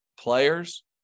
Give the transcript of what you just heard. players